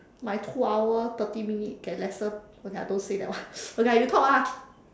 my two hour thirty minutes get lesser okay I don't say that one okay lah you talk lah